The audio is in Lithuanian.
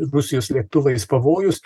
rusijos lėktuvais pavojus